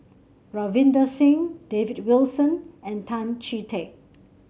Ravinder Singh David Wilson and Tan Chee Teck